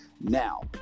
Now